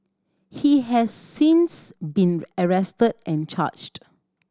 he has since been arrested and charged